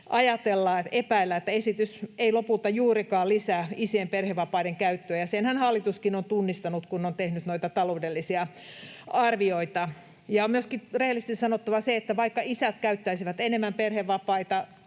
ajatella, epäillä, että esitys ei lopulta juurikaan lisää isien perhevapaiden käyttöä, ja senhän hallituskin on tunnistanut, kun on tehnyt noita taloudellisia arvioita. On myöskin rehellisesti sanottava se, että vaikka isät käyttäisivät enemmän perhevapaita,